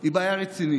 היא בעיה רצינית,